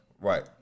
Right